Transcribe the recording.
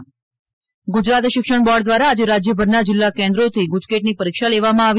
ગુજકેટ ગુજરાત શિક્ષણ બોર્ડ દ્વારા આજે રાજ્યભરના જિલ્લા કેન્દ્રોથી ગુજકેટથી પરીક્ષા લેવામાં આવી